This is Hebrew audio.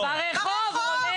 ברחוב.